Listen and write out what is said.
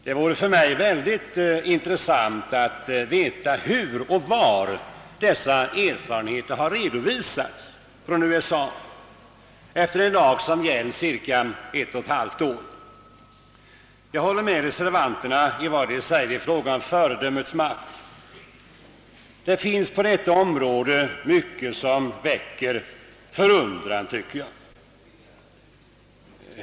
Det vore mycket intressant att få veta hur och var dessa erfarenheter av en lag som varit i kraft endast ungefär ett och ett halvt år har redovisats. Jag håller med reservanterna om vad de säger om föredömets makt. Det finns på detta område mycket som väcker förundran, tycker jag.